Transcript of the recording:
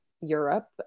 europe